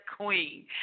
queen